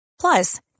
Plus